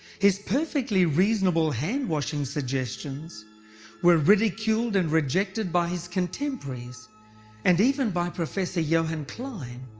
his perfectly reasonable hand washing suggestions were ridiculed and rejected by his contemporaries and even by professor johann klein,